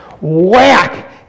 whack